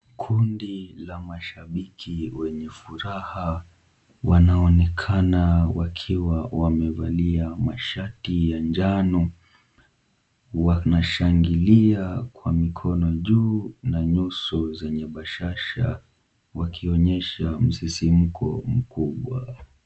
Kundi la mashabiki wenye furaha, wanaonekana wakiwa wamevalia mashati ya njano. Wanashangilia kwa mikono juu na nyuso zenye bashasha wakionyesha msisimko mkubwa.